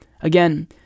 Again